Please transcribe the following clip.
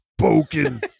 spoken